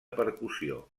percussió